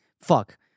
fuck